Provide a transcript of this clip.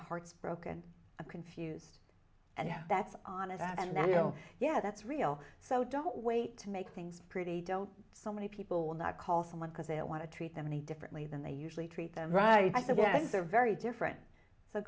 heart's broken and confused and that's on it and then oh yeah that's real so don't wait to make things pretty don't so many people will not call someone because they don't want to treat them any differently than they usually treat them right i think that is a very different so